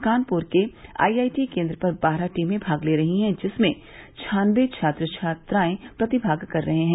कानपुर के आईआईटी केन्द्र पर बारह टीमें भाग ले रही हैं जिसमें छानबे छात्र छात्राएं प्रतिभाग कर रहे हैं